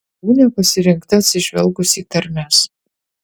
galūnė pasirinkta atsižvelgus į tarmes